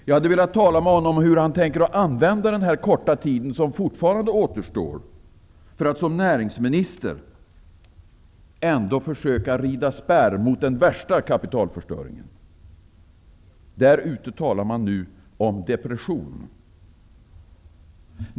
Jag hade velat tala med honom om hur han tänker använda den korta tid som fortfarande återstår för att som näringsminister ändå försöka rida spärr mot den värsta kapitalförstöringen. Där ute talar man nu om depression.